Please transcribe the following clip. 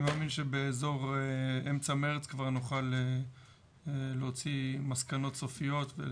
אני מאמין שבאזור אמצע מרץ כבר נוכל להוציא מסקנות סופיות.